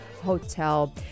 Hotel